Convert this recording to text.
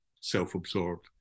self-absorbed